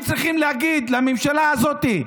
אתם צריכים להגיד לממשלה הזאת: